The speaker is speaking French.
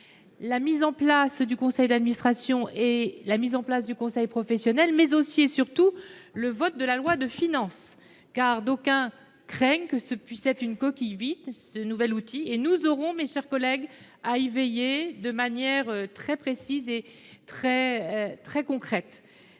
la mise en place du conseil d'administration et du conseil professionnel, mais aussi, et surtout, le vote de la loi de finances, car d'aucuns craignent que ce nouvel outil ne soit qu'une coquille vide. Nous aurons, mes chers collègues, à veiller de manière très précise et très concrète